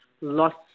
lost